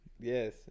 Yes